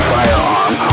firearm